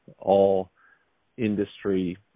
all-industry